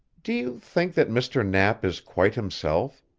do you think that mr. knapp is quite himself?